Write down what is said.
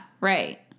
right